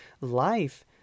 Life